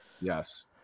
yes